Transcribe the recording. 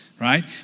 right